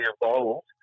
evolved